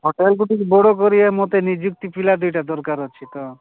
ହୋଟେଲକୁ ଟିକେ ବଡ଼ କରିବେ ମୋତେ ନିଯୁକ୍ତି ପିଲା ଦୁଇଟା ଦରକାର ଅଛି ତ